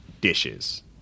dishes